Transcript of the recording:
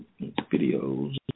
videos